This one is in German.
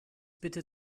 bitte